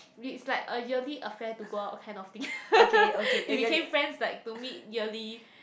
it's like a yearly affair to go out kind of thing we became friends like to meet yearly